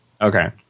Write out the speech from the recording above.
Okay